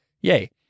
Yay